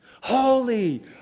holy